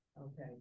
Okay